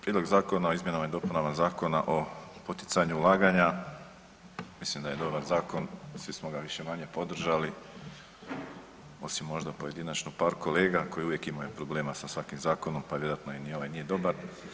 Prijedlog zakona o izmjenama i dopunama Zakona o poticanju ulaganja mislim da je dobar zakon, svi smo ga više-manje podržali osim možda pojedinačno par kolega koji uvijek imaju problema sa svakim zakonom, pa vjerojatno im ni ovaj nije dobar.